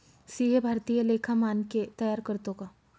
CA भारतीय लेखा मानके तयार करतो का